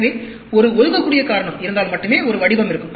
எனவே ஒரு ஒதுக்கக்கூடிய காரணம் இருந்தால் மட்டுமே ஒரு வடிவம் இருக்கும்